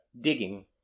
digging